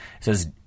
says